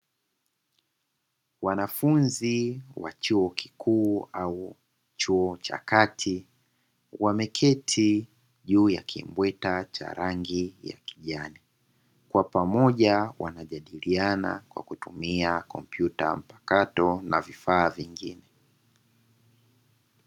Wanafunzi wa chuo kikuu au chuo cha kati wameketi juu ya kimbweta cha rangi ya kijani. Kwa pamoja wakijadiliana kwa kutumia kompyuta mpakato na vifaa vyingine.